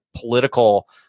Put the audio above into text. political